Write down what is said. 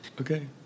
Okay